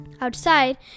Outside